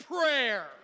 prayer